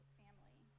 family